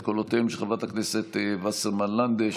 את קולותיהם של חברי הכנסת וסרמן לנדה,